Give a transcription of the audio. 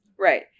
Right